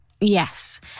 Yes